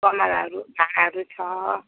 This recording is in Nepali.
गमलाहरू फारू छ